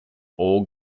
all